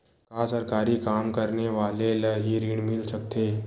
का सरकारी काम करने वाले ल हि ऋण मिल सकथे?